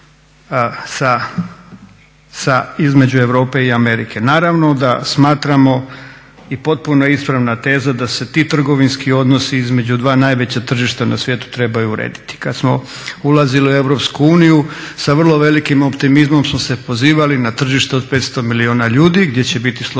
između Europe i Amerike. Naravno da smatramo i potpuno je ispravna teza da se ti trgovinski odnosi između dva najveća tržišta na svijetu trebaju urediti. Kad smo ulazili u Europsku uniju sa vrlo velikim optimizmom smo se pozivali na tržište od 500 milijuna ljudi gdje će biti slobodan